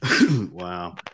Wow